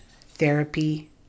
therapy